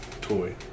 toy